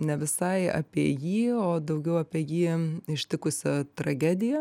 ne visai apie jį o daugiau apie jį ištikusią tragediją